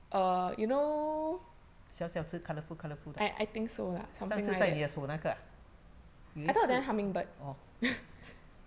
小小只 colourful colourful 的上次在你的手那个啊有一次哦